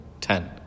ten